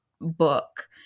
book